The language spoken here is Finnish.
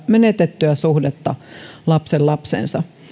menetettyä suhdetta lapsenlapseensa